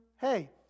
hey